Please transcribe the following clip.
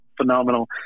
phenomenal